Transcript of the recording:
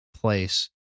place